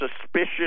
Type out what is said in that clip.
suspicious